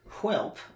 Whelp